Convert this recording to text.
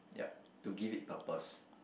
yup to give it purpose